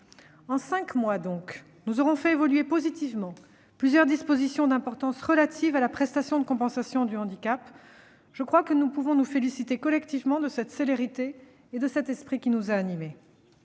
En cinq mois donc, nous aurons fait évoluer positivement plusieurs dispositions d'importance relatives à la prestation de compensation du handicap (PCH). Je crois que nous pouvons nous féliciter collectivement de cette célérité et de cet esprit qui nous ont animés.